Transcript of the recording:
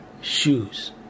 shoes